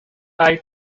eye